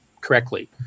correctly